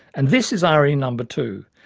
and this is irony number two.